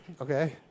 Okay